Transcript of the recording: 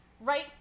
right